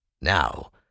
Now